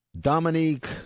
Dominique